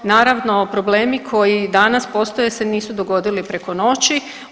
Naravno problemi koji danas postoje se nisu dogodili preko noći.